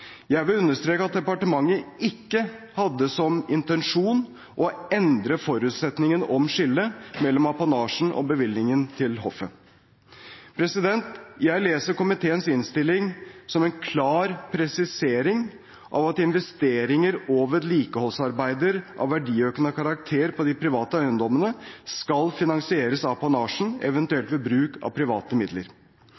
Jeg vil understreke at departementet ikke hadde som intensjon å endre forutsetningen om skillet mellom apanasjen og bevilgningen til hoffet. Jeg leser komiteens innstilling som en klar presisering av at investeringer og vedlikeholdsarbeider av verdiøkende karakter på de private eiendommene skal finansieres fra apanasjen, eventuelt ved bruk av